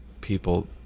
people